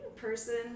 person